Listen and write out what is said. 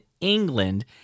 England